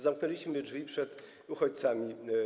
Zamknęliśmy drzwi przed uchodźcami.